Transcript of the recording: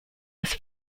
was